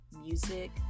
Music